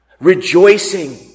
Rejoicing